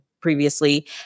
previously